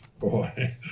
boy